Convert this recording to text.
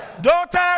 Daughter